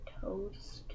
Toast